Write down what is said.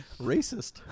Racist